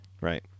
Right